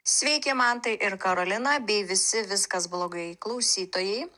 sveiki mantai ir karolina bei visi viskas blogai klausytojai